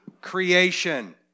creation